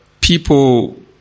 people